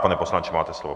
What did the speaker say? Pane poslanče, máte slovo.